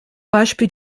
beispiel